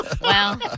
Wow